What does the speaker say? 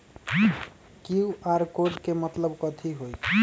QR code के मतलब कथी होई?